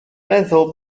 meddwl